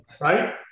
right